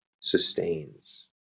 sustains